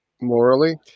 morally